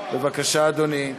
בבקשה, אדוני.